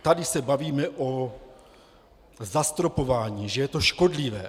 Tady se bavíme o zastropování, že je to škodlivé.